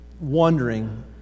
wondering